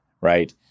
Right